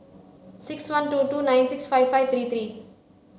six one two two nine six five five three three